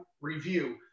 review